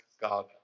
God